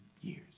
years